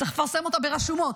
צריך לפרסם אותה ברשומות.